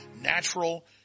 natural